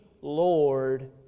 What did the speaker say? Lord